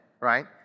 right